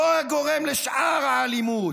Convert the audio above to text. זה הגורם לשאר האלימות.